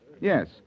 Yes